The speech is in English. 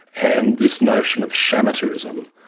and this notion of shamateurism,